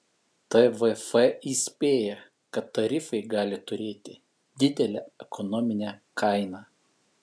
tvf įspėja kad tarifai gali turėti didelę ekonominę kainą